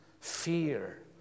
fear